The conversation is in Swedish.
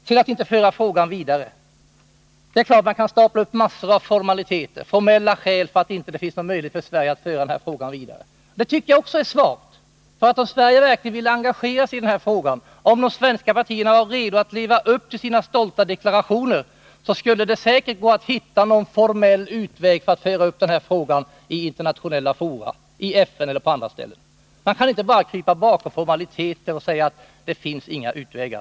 Det är klart att man kan stapla mängder av formaliteter på varandra, formella skäl för att det inte finns någon möjlighet för Sverige att föra frågan vidare. Men det tycker jag också är svagt. Om Sverige verkligen ville engagera sig i den här frågan, om de svenska partierna var redo att leva upp tillsina stolta deklarationer, skulle det säkert gå att hitta någon formell utväg när det gäller att föra upp frågan i internationella fora — i FN eller i andra sammanhang. Man kan inte bara krypa bakom formaliteter och säga att det inte finns några utvägar.